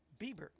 Bieber